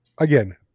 again